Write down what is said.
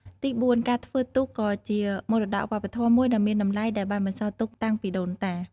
ទីបួន ការធ្វើទូកក៏ជា មរតកវប្បធម៌ មួយដ៏មានតម្លៃដែលបានបន្សល់ទុកតាំងពីដូនតា។